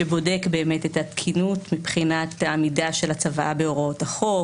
שבודק את התקינות מבחינת עמידת הצוואה בהוראות החוק,